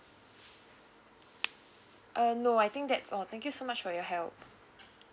uh no I think that's all thank you so much for your help